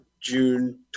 June